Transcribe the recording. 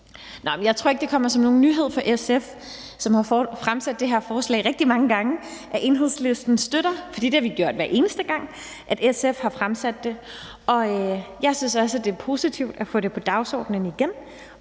Jeg tror ikke, det kommer som nogen nyhed for SF, som har fremsat det her forslag rigtig mange gange, at Enhedslisten støtter det, for det har vi gjort hver eneste gang, SF har fremsat det, og jeg synes også, det er positivt at få det på dagsordenen igen,